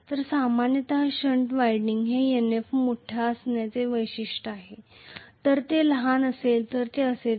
तर सामान्यत shunt winding हे Nf मोठ्या असण्याचे वैशिष्ट्य आहे आणि जर ते लहान असेल तर ते असेच असेल